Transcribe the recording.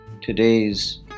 today's